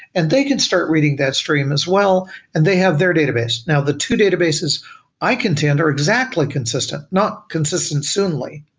and they could start reading that stream as well and they have their database now the two databases i contend are exactly consistent, not consistent soonly.